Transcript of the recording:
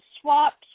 swaps